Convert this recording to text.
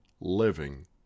living